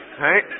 Right